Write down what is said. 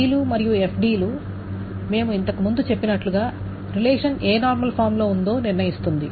key లు మరియు ఎఫ్డిలు మేము ఇంతకు ముందు చెప్పినట్లుగా రిలేషన్ ఏ నార్మల్ ఫామ్ ఉందో నిర్ణయిస్తుంది